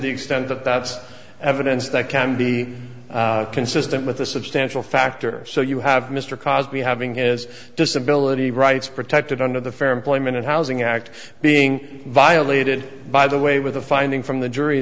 the extent that that's evidence that can be consistent with a substantial factor so you have mr cosby having is disability rights protected under the fair employment and housing act being violated by the way with the finding from the jury